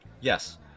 Yes